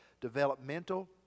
developmental